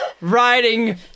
riding